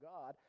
God